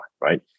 right